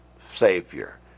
savior